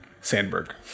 Sandberg